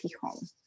home